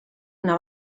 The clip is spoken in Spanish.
una